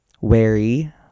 wary